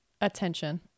attention